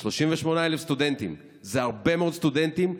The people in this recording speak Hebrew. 38,000 סטודנטים זה הרבה מאוד סטודנטים.